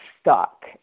stuck